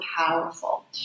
powerful